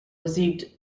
received